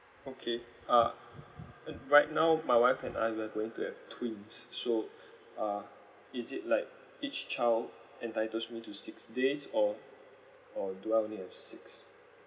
okay uh uh right now my wife and I we're going to have twins so uh is it like each child entitles me to six days or or do I only have six